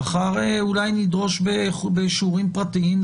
מחר אולי נדרוש בשיעורים פרטיים,